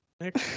Nick